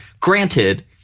granted